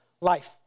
life